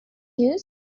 news